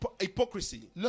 hypocrisy